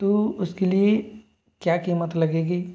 तो उसके लिए क्या कीमत लगेगी